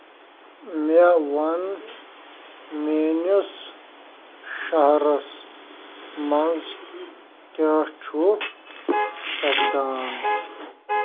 مےٚ ووٚن میٲنِس شہرس منٛز کیاہ چُھ سَپدان